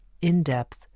in-depth